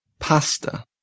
pasta